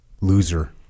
loser